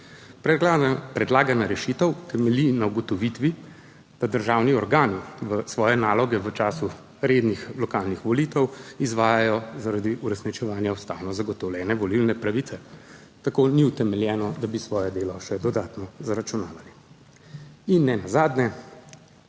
Predlagana rešitev temelji na ugotovitvi, da državni organi svoje naloge v času rednih lokalnih volitev izvajajo zaradi uresničevanja ustavno zagotovljene volilne pravice. Tako ni utemeljeno, da bi svoje delo še dodatno zaračunavali. Nenazadnje